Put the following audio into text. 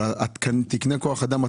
אבל תקני כוח אדם עצמם,